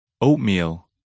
Oatmeal